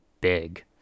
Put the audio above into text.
big